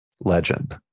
Legend